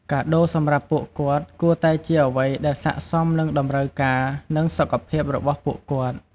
កាដូរសម្រាប់ពួកគាត់គួរតែជាអ្វីដែលស័ក្តិសមនឹងតម្រូវការ និងសុខភាពរបស់ពួកគាត់។